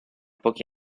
pochi